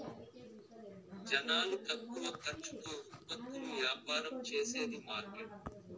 జనాలు తక్కువ ఖర్చుతో ఉత్పత్తులు యాపారం చేసేది మార్కెట్